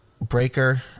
Breaker